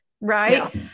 Right